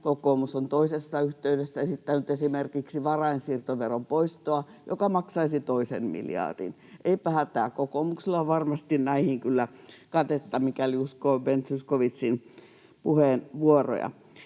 kokoomus on toisessa yhteydessä esittänyt esimerkiksi varainsiirtoveron poistoa, joka maksaisi toisen miljardin. Eipä hätää, kokoomuksella on varmasti näihin kyllä katetta, mikäli uskoo Ben Zyskowiczin puheenvuoroja.